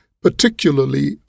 particularly